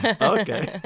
Okay